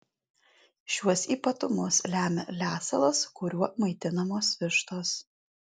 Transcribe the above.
šiuos ypatumus lemia lesalas kuriuo maitinamos vištos